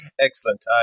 Excellent